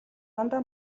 дандаа